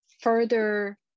further